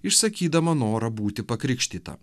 išsakydama norą būti pakrikštyta